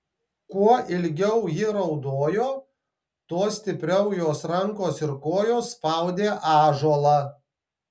kuo ilgiau ji raudojo tuo stipriau jos rankos ir kojos spaudė ąžuolą